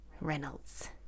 Reynolds